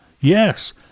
Yes